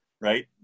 right